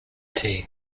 tea